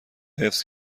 حفظ